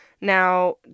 Now